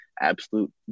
Absolute